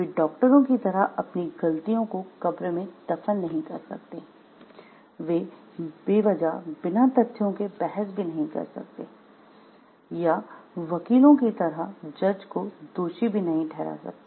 वे डॉक्टरों की तरह अपनी गलतियों को कब्र में दफन नहीं कर सकते वे बेवजह बिना तथ्यों के बहस भी नहीं कर सकते या वकीलों की तरह जज को दोषी भी नहीं ठहरा सकते